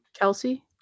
Kelsey